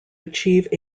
achieve